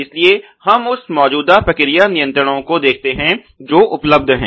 इसलिए हम उन मौजूदा प्रक्रिया नियंत्रणों को देखते हैं जो उपलब्ध हैं